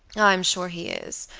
i'm sure he is.